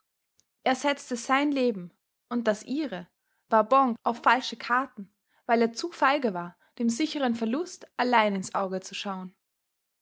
er setzte sein leben und das ihre va banque auf falsche karten weil er zu feige war dem sicheren verlust allein ins auge zu schauen